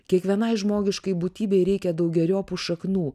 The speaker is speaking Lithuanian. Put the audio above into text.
kiekvienai žmogiškai būtybei reikia daugeriopų šaknų